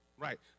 Right